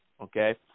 Okay